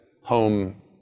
home